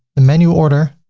the menu order.